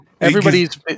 Everybody's